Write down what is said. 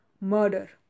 Murder